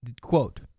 Quote